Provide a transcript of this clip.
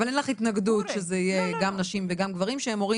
אבל אין לך התנגדות שזה יהיה גם נשים וגם גברים,